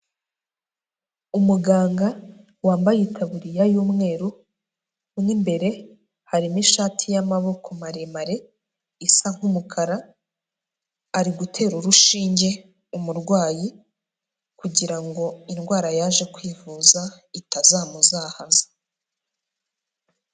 Umuganga wambaye itaburiya y'umweru, mo imbere harimo ishati y'amaboko maremare isa nk'umukara, ari gutera urushinge umurwayi kugira ngo indwara yaje kwivuza itazamuzahaza.